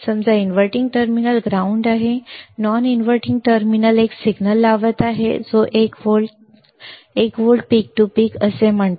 समजा inverting terminal ground आहे non inverting terminal मी एक सिग्नल लावत आहे जो 1 volt 1 volt peak to peak असे म्हणतो